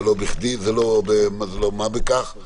זה לא בכדי וזה לא מה בכך.